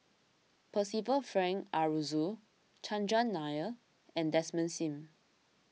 Percival Frank Aroozoo Chandran Nair and Desmond Sim